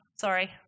sorry